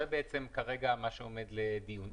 זה מה שכרגע עומד לדיון.